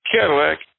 Cadillac